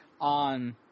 on